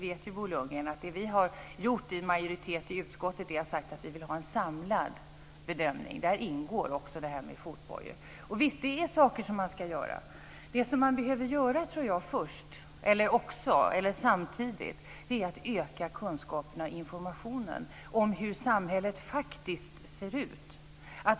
Bo Lundgren vet ju att en majoritet i utskottet har sagt att man vill ha en samlad bedömning, och där ingår också detta med fotbojor. Det som man behöver göra samtidigt är att öka kunskaperna och informationen om hur samhället faktiskt ser ut.